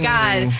God